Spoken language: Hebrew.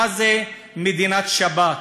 מה זה מדינת שב"כ,